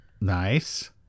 Nice